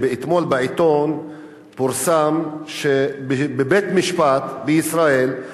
אתמול פורסם בעיתון שבבית-משפט בישראל,